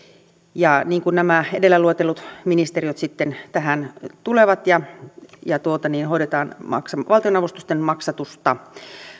ja nämä edellä luetellut ministeriöt sitten tähän tulevat ja ja hoidetaan valtionavustusten maksatusta